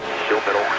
still middle,